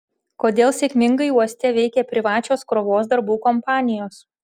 kodėl sėkmingai uoste veikia privačios krovos darbų kompanijos